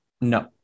No